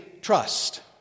trust